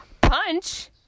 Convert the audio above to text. punch